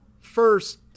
First